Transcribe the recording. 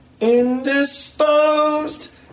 Indisposed